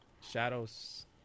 shadows